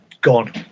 gone